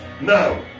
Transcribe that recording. Now